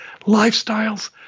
lifestyles